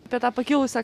per tą pakilusią